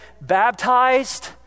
baptized